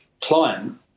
client